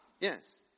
Yes